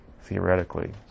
Theoretically